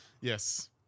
Yes